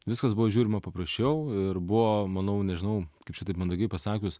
viskas buvo žiūrima paprasčiau ir buvo manau nežinau kaip čia taip mandagiai pasakius